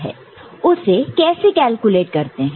उसे कैसे कैलकुलेट करते हैं